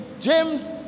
James